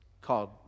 called